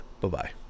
Bye-bye